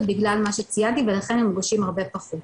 בגלל מה שציינתי ולכן מורשעים הרבה פחות.